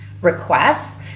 requests